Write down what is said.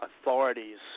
authorities